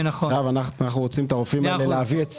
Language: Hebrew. אנו רוצים את הרופאים להביא שיעבדו